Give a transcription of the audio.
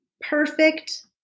perfect